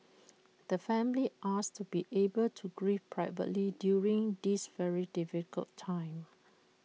the family asks to be able to grieve privately during this very difficult time